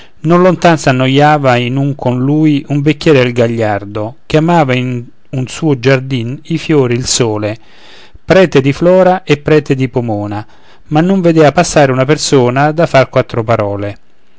lontan s'annoiava in un con lui un vecchierel gagliardo che amava un suo giardin i fiori il sole prete di flora e prete di pomona ma non vedea passare una persona da far quattro parole